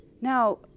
Now